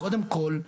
קודם כל,